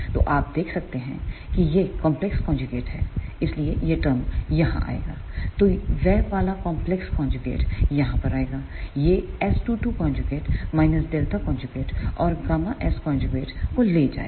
तो आप देख सकते हैं कि यह कंपलेक्स कन्ज्यूगेट है इसलिए यह टर्म यहां आएगा तो वह वाला कॉम्प्लेक्स कौनजोगेटयहाँ पर आएगायह S22 Δ और Γs को ले जाएगा